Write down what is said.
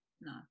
No